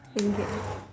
okay